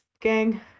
gang